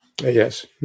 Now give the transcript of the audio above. Yes